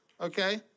Okay